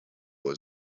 was